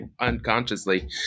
unconsciously